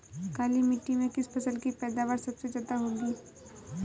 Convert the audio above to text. काली मिट्टी में किस फसल की पैदावार सबसे ज्यादा होगी?